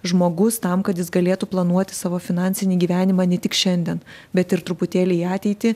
žmogus tam kad jis galėtų planuoti savo finansinį gyvenimą ne tik šiandien bet ir truputėlį į ateitį